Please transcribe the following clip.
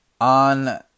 On